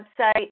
website